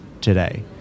today